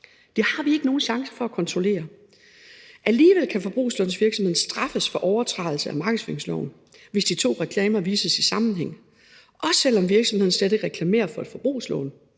Det har vi ikke nogen chance for at kontrollere. Alligevel kan forbrugslånsvirksomheden straffes for overtrædelse af markedsføringsloven, hvis de to reklamer vises i sammenhæng, også selv om virksomheden slet ikke reklamerer for et forbrugslån,